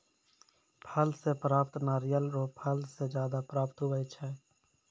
फल से प्राप्त नारियल रो फल से ज्यादा प्राप्त हुवै छै